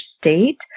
state